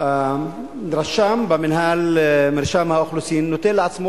והרשם במינהל מרשם האוכלוסין נוטל לעצמו